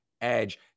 edge